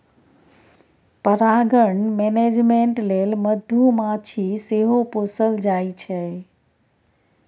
परागण मेनेजमेन्ट लेल मधुमाछी सेहो पोसल जाइ छै